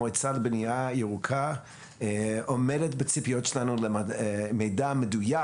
המועצה לבנייה ירוקה עומדת בציפיות שלנו למידע מדויק,